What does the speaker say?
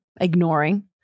ignoring